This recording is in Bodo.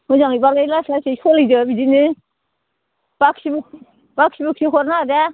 मोजां बालाय लासै लासै सोलिदो बिदिनो बाखि बुखि बाखि बुखि हरनाङा दे